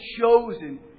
chosen